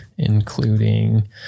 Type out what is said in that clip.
including